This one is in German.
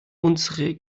unsere